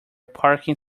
parking